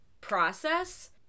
process